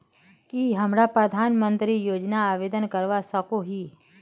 की हमरा प्रधानमंत्री योजना आवेदन करवा सकोही?